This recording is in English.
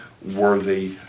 Worthy